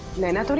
naina.